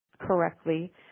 correctly